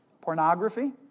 Pornography